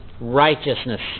Righteousness